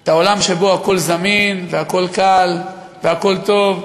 את העולם שבו הכול זמין והכול קל והכול טוב,